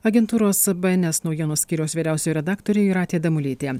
agentūros bns naujienų skyriaus vyriausioji redaktorė jūratė damulytė